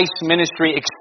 ministry